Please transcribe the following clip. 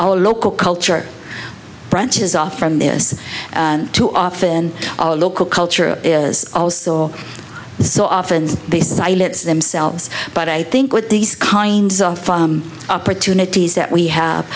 our local culture branches off from this too often our local culture is also so often this islets themselves but i think with these kinds of opportunities that we have